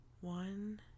one